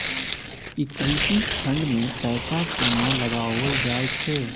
Equity fund मे पैसा कोना लगाओल जाय छै?